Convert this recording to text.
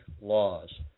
laws